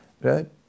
right